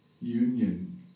union